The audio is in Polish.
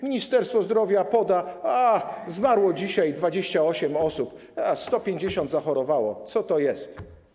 Ministerstwo Zdrowia poda: zmarło dzisiaj 28 osób, 150 zachorowało, co to jest?